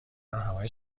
راهنمای